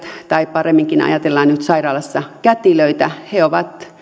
tai paremminkin ajatellaan nyt sairaalassa kätilöitä ovat